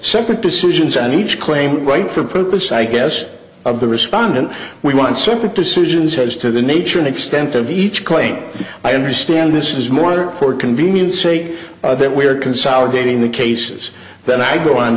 separate decisions and each claim a right for purpose i guess of the respondent we want separate decisions as to the nature and stamp of each claim i understand this is more for convenience sake that we're consolidating the cases then i go on